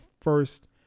first